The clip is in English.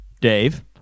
Dave